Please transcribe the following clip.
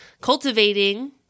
cultivating